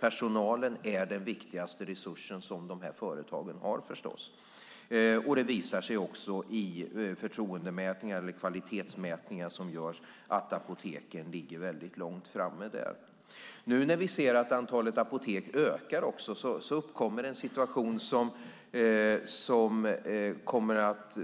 Personalen är förstås den viktigaste resursen de här företagen har. Det visar sig också i de förtroende och kvalitetsmätningar som görs att apoteken ligger väldigt långt framme. När vi nu ser att antalet apotek ökar uppkommer en situation som kommer att